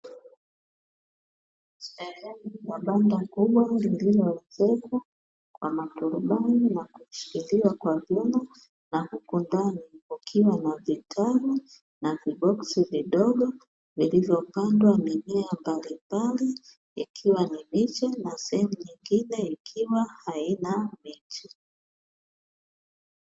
Sehemu ya banda kubwa lililoezekwa kwa maturubai na kushikiliwa kwa vyuma, na huku ndani kukiwa na vitalu na viboksi vidogo vilivyopandwa mimea mbalimbali, ikiwa ni miche na sehemu nyingine ikiwa haina miche.